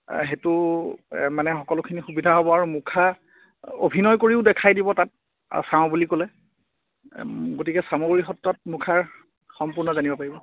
সেইটো মানে সকলোখিনি সুবিধা হ'ব আৰু মুখা অভিনয় কৰিও দেখাই দিব চাওঁ বুলি ক'লে গতিকে চামগুৰি সত্ৰত মুখাৰ সম্পূৰ্ণ জানিব পাৰিব